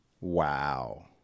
wow